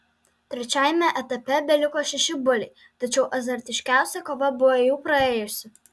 trečiajame etape beliko šeši buliai tačiau azartiškiausia kova buvo jau praėjusi